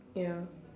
ya